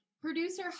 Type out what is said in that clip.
Producer